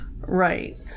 Right